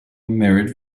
mirrored